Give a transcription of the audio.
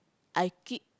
I keep